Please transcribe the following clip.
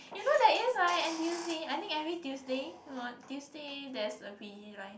you know there is right n_t_u_c I think every Tuesday Tuesday there's a p_g line